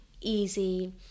easy